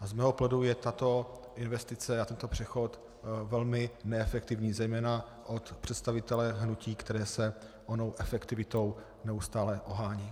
Z mého pohledu je tato investice a tento přechod velmi neefektivní zejména od představitele hnutí, které se onou efektivitou neustále ohání.